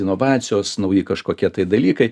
inovacijos nauji kažkokie tai dalykai